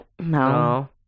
No